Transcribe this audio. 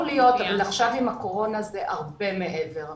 להיות אבל עכשיו עם הקורונה זה הרבה מעבר.